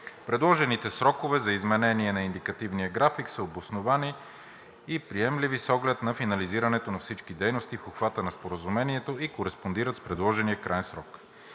Предложените срокове за изменение на индикативния график са обосновани и приемливи с оглед на финализирането на всички дейности в обхвата на Споразумението и кореспондират с предложения краен срок.